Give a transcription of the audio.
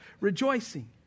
rejoicing